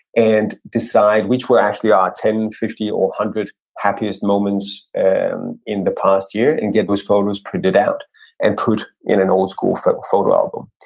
and decide which were actually our ten, fifty, or one hundred happiest moments and in the past year. and get those photos printed out and put in an old school photo album.